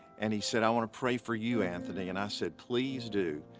and he said i wanna pray for you, anthony, and i said please do.